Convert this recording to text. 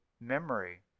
memory